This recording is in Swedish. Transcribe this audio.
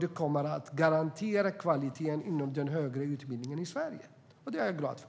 Det kommer att garantera kvaliteten inom den högre utbildningen i Sverige, och det är jag glad för.